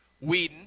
Whedon